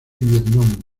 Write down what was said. vietnam